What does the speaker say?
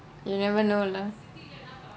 you will never know lah